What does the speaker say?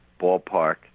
ballpark